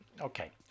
Okay